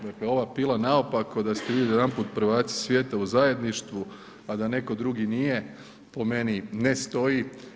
Dakle ova pila naopako da ste vi odjedanput prvaci svijeta u zajedništvu, a da netko drugi nije, po meni ne stoji.